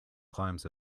climbs